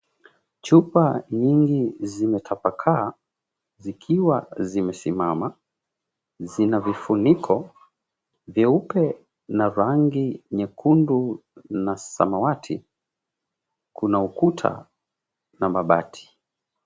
Chupa nyingi zimetapakaa, zikiwa zimesimama. Zina vifuniko vyeupe na rangi nyekundu na samawati. Kuna ukuta na mabati.